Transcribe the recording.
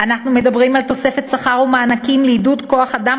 אנחנו מדברים על תוספת שכר ומענקים לעידוד כוח-אדם